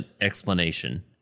explanation